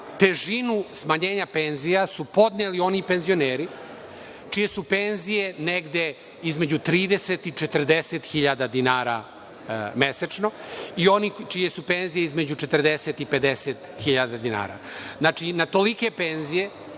težinu smanjenja penzija su podneli oni penzioneri čije su penzije negde između 30.000 i 40.000 dinara mesečno i onih čije su penzije između 40.000 i 50.000 dinara. Znači, na tolike penzije